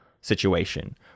situation